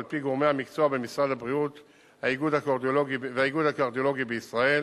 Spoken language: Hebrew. על-פי גורמי המקצוע במשרד הבריאות והאיגוד הקרדיולוגי בישראל,